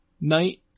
night